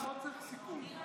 לא צריך סיכום.